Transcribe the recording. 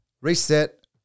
reset